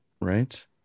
right